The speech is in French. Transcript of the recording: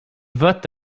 vote